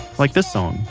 like this song,